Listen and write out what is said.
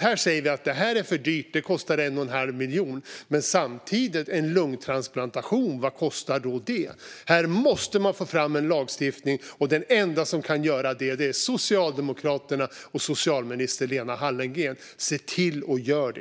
Här säger vi att det är för dyrt; det kostar 1 1⁄2 miljon. Men samtidigt kan man fråga sig vad en lungtransplantation kostar. Här måste man få fram en lagstiftning, och de enda som kan göra det är Socialdemokraterna och socialminister Lena Hallengren. Se till att göra det!